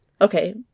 okay